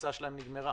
שהמכסה שלהם נגמרה.